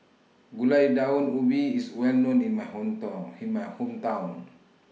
Gulai Daun Ubi IS Well known in My Hometown in My Hometown